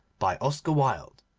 by oscar wilde